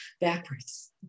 backwards